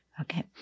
okay